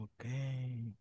okay